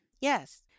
yes